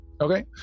Okay